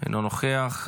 אינו נוכח.